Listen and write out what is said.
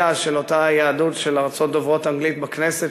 אותה יהדות של ארצות דוברות אנגלית בכנסת,